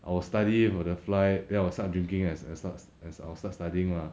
I will study about the flight then I will start drinking as I start as I start studying lah